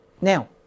Now